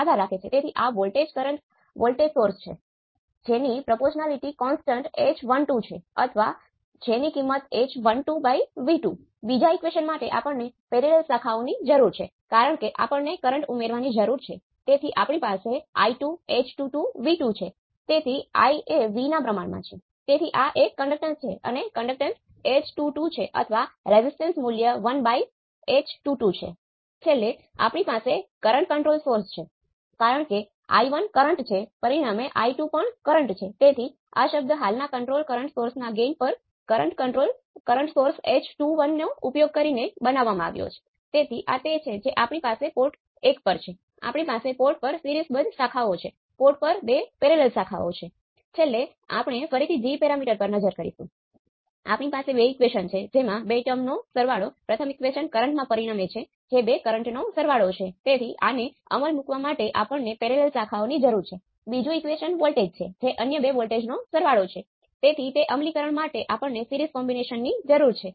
એવું નથી કે તેઓ એક વાયર છે અને કેટલીકવાર તેને ઓપ એમ્પ ના ઈનપુટ પર વર્ચ્યુઅલ શોર્ટ તરીકે પણ કહેવામાં આવે છે અને આ રીતે તે હોય છે